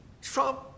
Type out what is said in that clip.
Trump